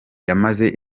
yamaze